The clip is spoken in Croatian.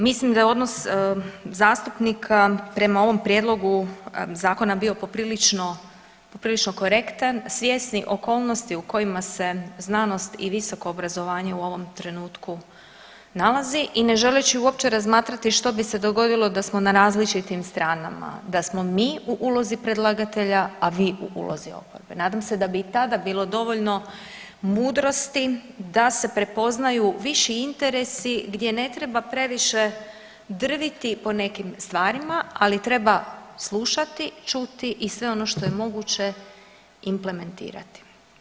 Mislim da je odnos zastupnika prema ovom prijedlogu zakona bio poprilično, poprilično korektan svjesni okolnosti u kojima se znanost i visoko obrazovanje u ovom trenutku nalazi i ne želeći uopće razmatrati što bi se dogodilo da smo na različitim stranama, da smo mi u ulozi predlagatelja, a vi u ulozi oporbe, nadam se da bi i tada bilo dovoljno mudrosti da se prepoznaju viši interesi gdje ne treba previše drviti po nekim stvarima, ali treba slušati i čuti i sve ono što je moguće implementirati.